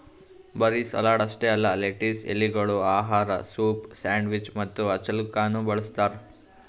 ಬರೀ ಸಲಾಡ್ ಅಷ್ಟೆ ಅಲ್ಲಾ ಲೆಟಿಸ್ ಎಲೆಗೊಳ್ ಆಹಾರ, ಸೂಪ್, ಸ್ಯಾಂಡ್ವಿಚ್ ಮತ್ತ ಹಚ್ಚಲುಕನು ಬಳ್ಸತಾರ್